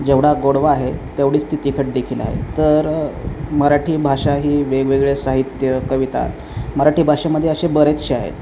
जेवढा गोडवा आहे तेवढीच ती तिखटदेखील आहे तर मराठी भाषा ही वेगवेगळे साहित्य कविता मराठी भाषेमध्ये असे बरेचसे आहेत